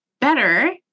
better